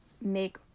make